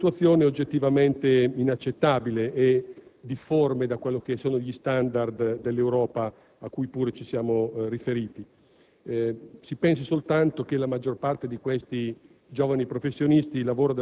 legislativo non più accettabile, in cui da un lato sono considerati come studenti, dall'altro, quando fa comodo, come lavoratori, che devono fare quindi tutta l'assistenza all'interno degli istituti clinici e degli ospedali,